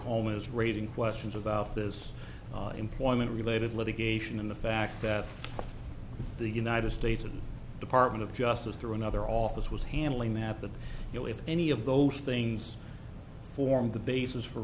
holm is raising questions about this employment related litigation and the fact that the united states department of justice through another office was handling that but you know if any of those things form the basis for